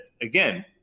again